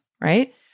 right